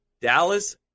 Dallas